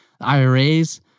IRAs